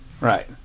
Right